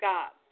God